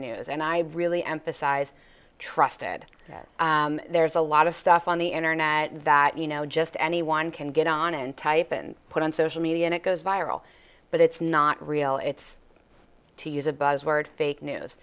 news and i really emphasize trusted there's a lot of stuff on the internet that you know just anyone can get on and type and put on social media and it goes viral but it's not real it's to use a buzz word fake news